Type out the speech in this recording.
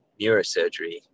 neurosurgery